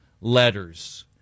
letters